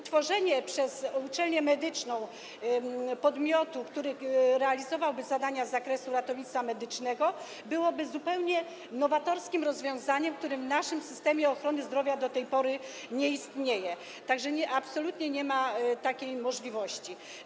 Utworzenie przez uczelnię medyczną podmiotu, który realizowałby zadania z zakresu ratownictwa medycznego, byłoby zupełnie nowatorskim rozwiązaniem, które w naszym systemie ochrony zdrowia do tej pory nie istnieje, tak że absolutnie nie ma takiej możliwości.